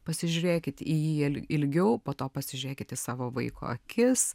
pasižiūrėkit į jį ilgiau po to pasižiūrėkit į savo vaiko akis